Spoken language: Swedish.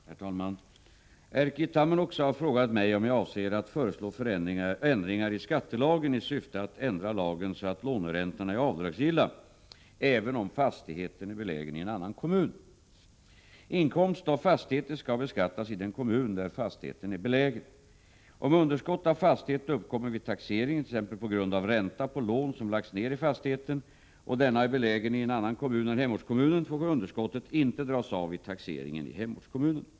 Herr talman! Erkki Tammenoksa har frågat mig om jag avser att föreslå ändringar i skattelagen i syfte att ändra lagen så att låneräntorna är avdragsgilla även om fastigheten är belägen i en annan kommun. Inkomst av fastighet skall beskattas i den kommun där fastigheten är belägen. Om underskott av fastighet uppkommer vid taxeringen, t.ex. på grund av ränta på lån som lagts ned i fastigheten, och denna är belägen i en annan kommun än hemortskommunen får underskottet inte dras av vid taxeringen i hemortskommunen.